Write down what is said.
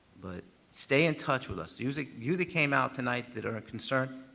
but stay in touch with us. you like you that came out tonight that are concerned,